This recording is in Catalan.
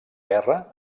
guerra